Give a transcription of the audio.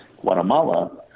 Guatemala